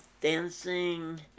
dancing